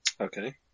Okay